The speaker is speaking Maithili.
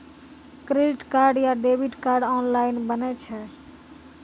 क्रेडिट कार्ड या डेबिट कार्ड ऑनलाइन बनै छै?